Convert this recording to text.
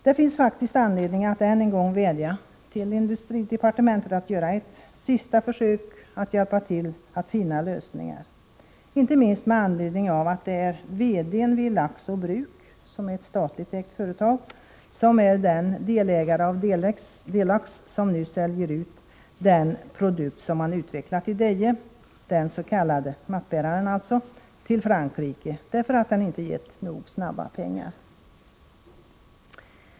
Det finns faktiskt anledning att än en gång vädja till industridepartementet att göra ett sista försök att hjälpa till att finna lösningar — inte minst med anledning av att det är VD-n vid Laxå bruk, som är ett statligt ägt företag, som är den delägare av Delax som nu säljer ut den produkt som man utvecklat i Deje, dens.k. mattbäraren, till Frankrike, därför att den inte gett nog snabba pengar.